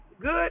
Good